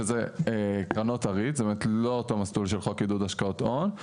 שזה קרנות הריט זאת אומרת לא אותו מסלול של חוק עידוד השקעות הון.